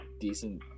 decent